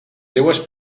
seues